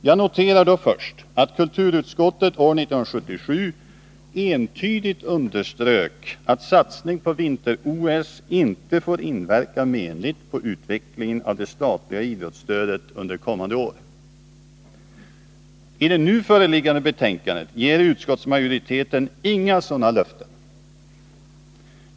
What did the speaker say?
Jag noterar först att kulturutskottet år 1977 entydigt underströk att satsning på vinter-OS inte får inverka menligt på utvecklingen av det statliga idrottsstödet under kommande år. I det nu föreliggande betänkandet ger utskottsmajoriteten inga sådana löften.